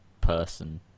person